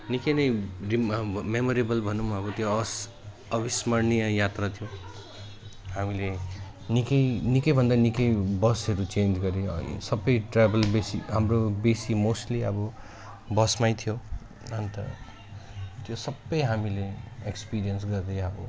निकै नै रिम मेमोरेबल भनौँ अब त्यो अस् अविस्मरणीय यात्रा थियो हामीले निकै निकै भन्दा निकै बसहरू चेन्ज गर्यो सबै ट्राभल बेसी हाम्रो बेसी मोस्टली अब बसमा थियो अन्त त्यो सबै हामीले एक्सपिरियन्स गर्दै अब